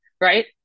Right